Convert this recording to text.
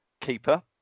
keeper